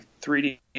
3D